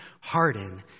harden